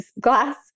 glass